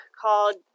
called